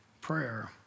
prayer